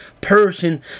person